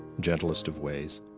gentlest of ways,